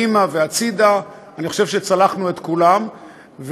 התשע"ז 2017,